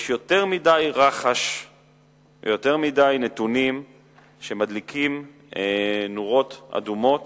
יש יותר מדי רחש ויותר מדי נתונים שמדליקים נורות אדומות